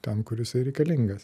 ten kur jisai reikalingas